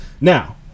Now